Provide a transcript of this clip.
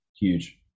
huge